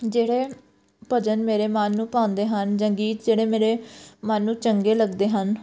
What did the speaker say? ਜਿਹੜੇ ਭਜਨ ਮੇਰੇ ਮਨ ਨੂੰ ਭਾਉਂਦੇ ਹਨ ਜਾਂ ਗੀਤ ਜਿਹੜੇ ਮੇਰੇ ਮਨ ਨੂੰ ਚੰਗੇ ਲੱਗਦੇ ਹਨ